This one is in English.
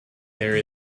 there